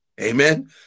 Amen